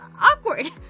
awkward